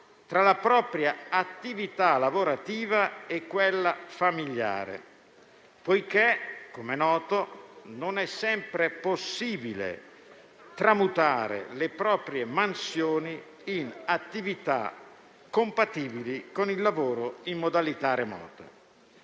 tra la propria attività lavorativa e quella familiare, poiché, come noto, non è sempre possibile tramutare le proprie mansioni in attività compatibili con il lavoro in modalità remota.